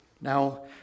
Now